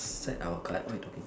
set our card what you talking